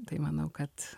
tai manau kad